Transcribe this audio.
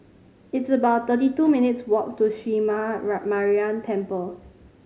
it's about thirty two minutes' walk to Sree Maha Mariamman Temple